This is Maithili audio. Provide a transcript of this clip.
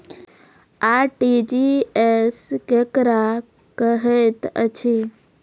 आर.टी.जी.एस केकरा कहैत अछि?